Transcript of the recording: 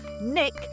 Nick